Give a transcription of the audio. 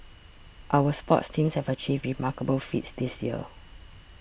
our sports teams have achieved remarkable feats this year